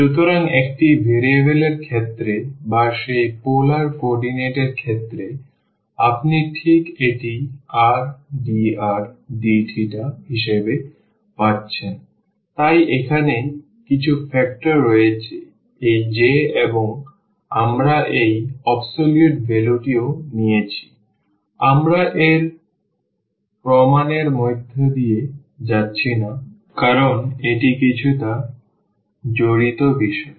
সুতরাং একটি ভ্যারিয়েবল এর ক্ষেত্রে বা সেই পোলার কোঅর্ডিনেট এর ক্ষেত্রে আপনি ঠিক এটি r dr dθ হিসাবে পাচ্ছেন তাই এখানে কিছু ফ্যাক্টর রয়েছে এই J এবং আমরা এই অ্যাবসলিউট ভ্যালুটিও নিয়েছি আমরা এর প্রমাণের মধ্য দিয়ে যাচ্ছি না কারণ এটি কিছুটা জড়িত বিষয়